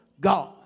God